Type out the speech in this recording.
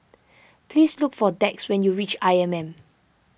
please look for Dax when you reach I M M